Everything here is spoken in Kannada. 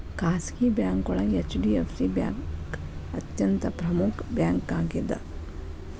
ಖಾಸಗಿ ಬ್ಯಾಂಕೋಳಗ ಹೆಚ್.ಡಿ.ಎಫ್.ಸಿ ಬ್ಯಾಂಕ್ ಅತ್ಯಂತ ಪ್ರಮುಖ್ ಬ್ಯಾಂಕಾಗ್ಯದ